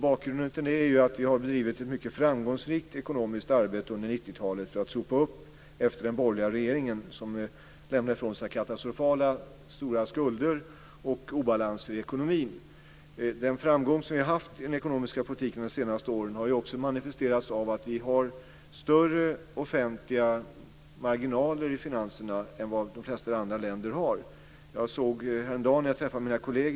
Bakgrunden till det är att vi har bedrivit ett mycket framgångsrikt ekonomiskt arbete under 90 talet för att sopa upp efter den borgerliga regeringen som lämnade ifrån sig katastrofalt stora skulder och obalanser i ekonomin. Den framgång som vi har haft i den ekonomiska politiken de senaste åren har också manifesterats av att vi har större offentliga marginaler i finanserna än vad de flesta andra länder har. Jag träffade mina kolleger i EU häromdagen.